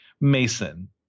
Mason